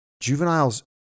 Juveniles